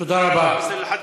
תודה רבה.